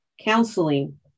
counseling